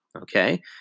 Okay